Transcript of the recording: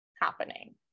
happening